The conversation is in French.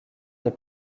des